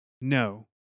no